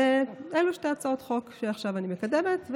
אלו שתי הצעות חוק שעכשיו אני מקדמת.